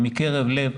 מקרב לב,